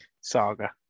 saga